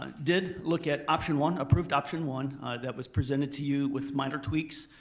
ah did look at option one. approved option one that was presented to you with minor tweaks,